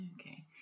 Okay